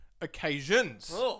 Occasions